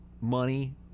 money